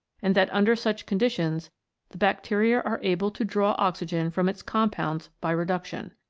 and that under such conditions the bacteria are able to draw oxygen from its compounds by reduction.